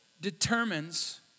determines